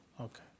Okay